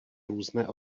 různé